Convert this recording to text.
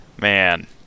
Man